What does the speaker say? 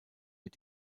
mit